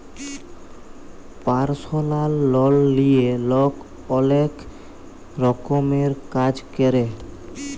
পারসলাল লল লিঁয়ে লক অলেক রকমের কাজ ক্যরে